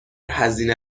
هزینه